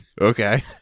okay